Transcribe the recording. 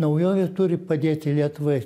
naujovė turi padėti lietuvai